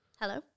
Hello